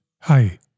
Hi